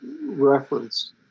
reference